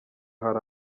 hari